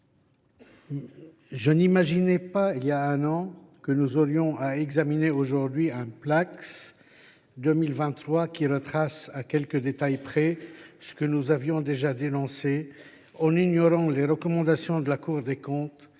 Je n’imaginais pas, il y a un an, que nous aurions à examiner aujourd’hui un Placss 2023 retraçant, à quelques détails près, ce qu’alors nous dénoncions déjà, ignorant les recommandations de la Cour des comptes